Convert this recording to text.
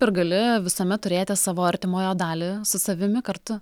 ir gali visuomet turėti savo artimojo dalį su savimi kartu